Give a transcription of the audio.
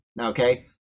okay